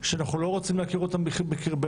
שאנחנו לא רוצים להכיר אותם בקרבנו.